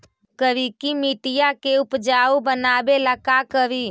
करिकी मिट्टियां के उपजाऊ बनावे ला का करी?